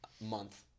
month